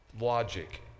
logic